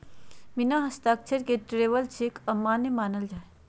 बिना हस्ताक्षर के ट्रैवलर चेक अमान्य मानल जा हय